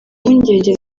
mpungenge